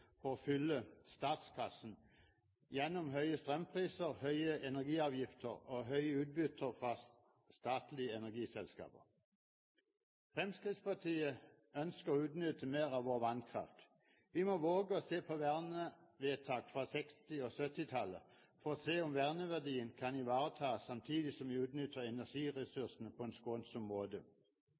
for å fylle statskassen gjennom høye strømpriser, høye energiavgifter og høye utbytter fra statlige energiselskaper. Fremskrittspartiet ønsker å utnytte mer av vår vannkraft. Vi må våge å se på vernevedtak fra 1960- og 1970-tallet for å se om verneverdiene kan ivaretas samtidig som vi utnytter energiressursene på en skånsom måte.